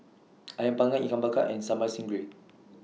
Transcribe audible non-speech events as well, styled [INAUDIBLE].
[NOISE] Ayam Panggang Ikan Bakar and Sambal Stingray